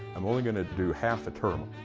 i'm only going to do half the term.